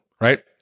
Right